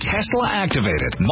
Tesla-activated